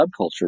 subculture